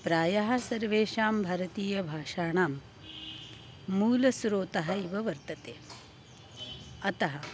प्रायः सर्वेषां भारतीयभाषाणां मूलस्रोतः इव वर्तते अतः